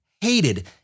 hated